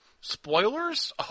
Spoilers